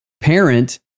parent